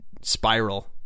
spiral